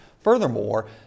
Furthermore